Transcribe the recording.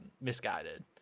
misguided